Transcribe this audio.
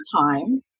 time